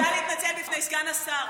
אני רוצה להתנצל בפני סגן השר,